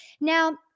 now